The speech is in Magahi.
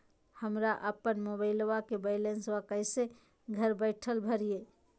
हमरा अपन मोबाइलबा के बैलेंस कैसे घर बैठल भरिए?